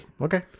okay